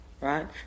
Right